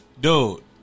Dude